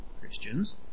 Christians